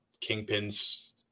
Kingpin's